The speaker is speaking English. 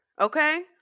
Okay